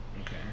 Okay